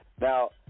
Now